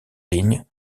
ligne